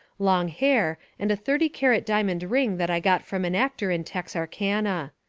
long hair and thirty-carat diamond ring that i got from an actor in texarkana.